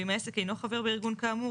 ואם העסק אינו חבר בארגון כאמור,